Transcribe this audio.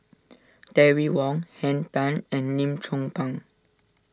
Terry Wong Henn Tan and Lim Chong Pang